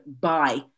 buy